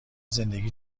زندگی